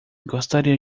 gostaria